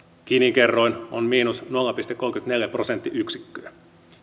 gini kerroin on miinus nolla pilkku kolmekymmentäneljä prosenttiyksikköä